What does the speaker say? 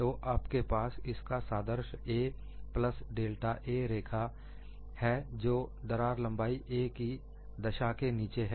तो आपके पास इसके सादृश 'a' प्लस डेल्टा 'a' रेखा line corresponding 'a plus delta a' है जो दरार लंबाई 'a' की दशा के नीचे है